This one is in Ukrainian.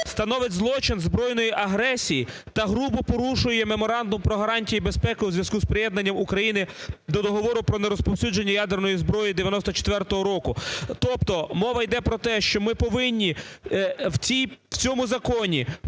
становить злочин збройної агресії та грубо порушує Меморандум про гарантії безпеки у зв'язку з приєднанням України до Договору про не розповсюдження ядерної зброї 1994 року. Тобто, мова йде про те, що ми повинні в цьому законі